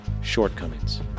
shortcomings